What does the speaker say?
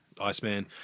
Iceman